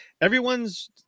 Everyone's